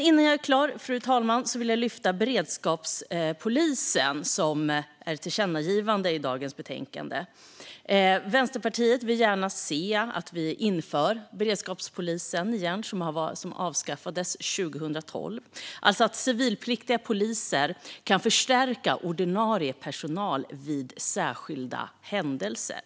Innan jag är klar, fru talman, vill jag ta upp beredskapspolisen, som ett tillkännagivande i dagens betänkande handlar om. Vänsterpartiet vill gärna se att vi återinför beredskapspolisen, som avskaffades 2012. Det handlar om att civilpliktiga poliser kan förstärka ordinarie personal vid särskilda händelser.